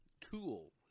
tool